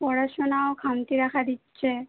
পড়াশোনাও খামতি দেখা দিচ্ছে